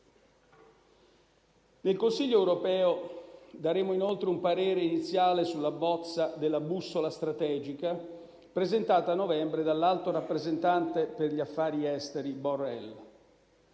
Nel Consiglio europeo daremo, inoltre, un parere iniziale sulla bozza della bussola strategica presentata a novembre dall'alto rappresentante dell'Unione per gli affari esteri e la